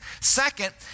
Second